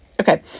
Okay